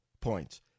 points